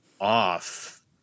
off